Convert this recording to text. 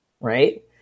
right